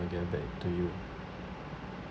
get back to you